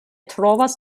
trovas